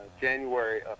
January